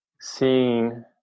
seeing